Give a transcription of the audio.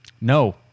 No